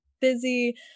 busy